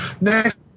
Next